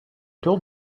told